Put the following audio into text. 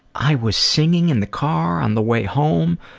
i was singing in the car on the way home.